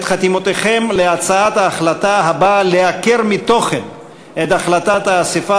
חתימותיהם להצעת החלטה שבאה לעקר מתוכן את החלטת האספה